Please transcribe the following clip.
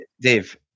Dave